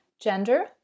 Gender